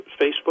Facebook